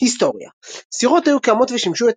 היסטוריה סירות היו קיימות ושימשו את